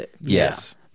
Yes